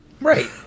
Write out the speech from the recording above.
Right